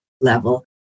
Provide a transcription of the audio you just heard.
level